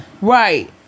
Right